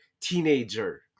teenager